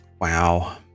wow